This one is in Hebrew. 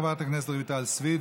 תודה רבה לחברת הכנסת רויטל סויד.